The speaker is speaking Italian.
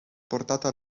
portata